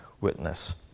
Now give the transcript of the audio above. witness